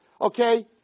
Okay